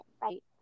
Right